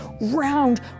round